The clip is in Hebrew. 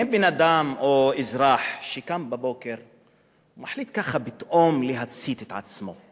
אין אדם או אזרח שקם בבוקר ומחליט ככה פתאום להצית את עצמו,